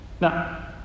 Now